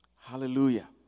Hallelujah